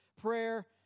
prayer